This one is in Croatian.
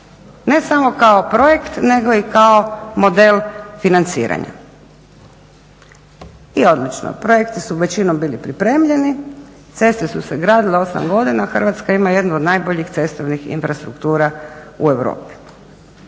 ne samo kao projekt, nego i kao model financiranja. I odlično, projekti su većinom bili pripremljeni, ceste su se gradile 8 godina. Hrvatska ima jednu od najboljih cestovnih infrastruktura u Europi.